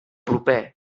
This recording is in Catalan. proper